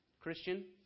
Christian